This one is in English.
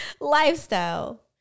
lifestyle